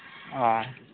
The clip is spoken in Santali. ᱚᱻ